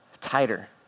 tighter